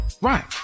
Right